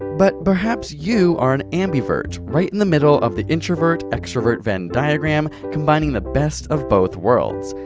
but, perhaps you are an ambivert, right in the middle of the introvert extrovert venn diagram, combining the best of both worlds!